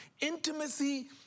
Intimacy